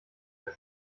mehr